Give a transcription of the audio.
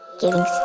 giving